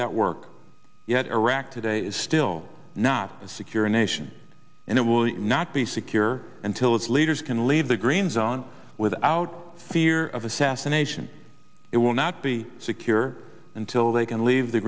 that work yet iraq today is still not secure a nation and it will not be secure until its leaders can leave the green zone without fear of assassination it will not be secure until they can leave the